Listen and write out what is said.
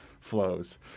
flows